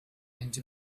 into